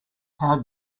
how